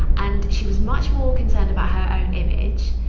and she was much more concerned about her own image.